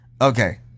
Okay